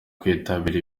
kwitabira